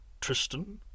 Tristan